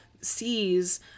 sees